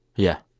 yeah.